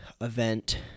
event